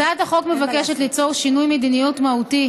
הצעת החוק מבקשת ליצור שינוי מדיניות מהותי